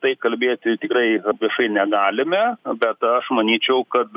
taip kalbėti tikrai viešai negalime bet aš manyčiau kad